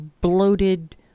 bloated